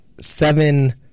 seven